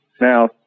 Now